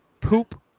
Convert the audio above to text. poop